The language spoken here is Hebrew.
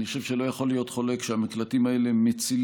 אני חושב שלא יכול להיות חולק שהמקלטים האלה מצילים,